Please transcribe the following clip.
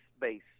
base